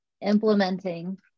implementing